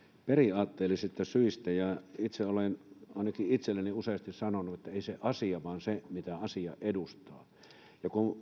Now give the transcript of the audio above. periaatteellisista syistä itse olen ainakin itselleni useasti sanonut että ei se asia vaan se mitä asia edustaa kun